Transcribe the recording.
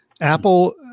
Apple